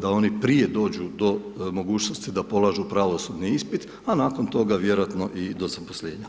da oni prije dođu do mogućnosti da polažu pravosudni ispit, a nakon toga vjerojatno i do zaposlenja.